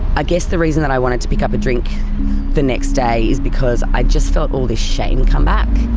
ah guess the reason that i wanted to pick up a drink the next day is because i just felt all this shame come back.